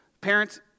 parents